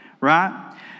Right